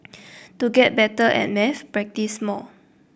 to get better at maths practise more